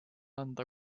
anda